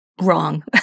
wrong